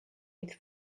with